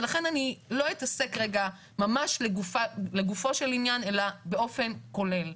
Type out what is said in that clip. ולכן אני לא אתעסק רגע ממש לגופו של עניין אלא באופן כולל.